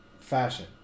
fashion